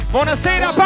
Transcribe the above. Buonasera